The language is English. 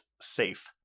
safe